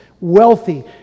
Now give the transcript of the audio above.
wealthy